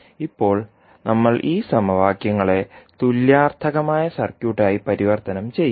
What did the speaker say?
ഇപ്പോൾ നമ്മൾ ഈ സമവാക്യങ്ങളെ തുല്യാർത്ഥകമായ സർക്യൂട്ടായി പരിവർത്തനം ചെയ്യും